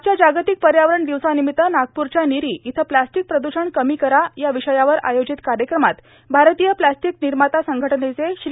आजच्या जागतिक पर्यावरण दिवसानिमित्त नागपूरच्या निरी इथं स्लास्टिक प्रदूषण कमी करा या विषयावर आयोजित कार्यक्रमात भारतीय स्लास्टिक निर्माता संघटनेचे श्री